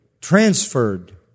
transferred